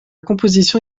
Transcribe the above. composition